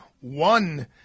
one